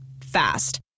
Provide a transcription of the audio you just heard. Fast